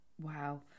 Wow